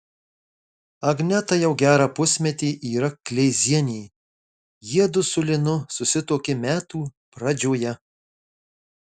agneta jau gerą pusmetį yra kleizienė jiedu su linu susituokė metų pradžioje